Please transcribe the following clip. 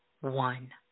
one